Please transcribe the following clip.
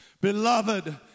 beloved